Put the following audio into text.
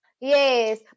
yes